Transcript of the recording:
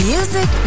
Music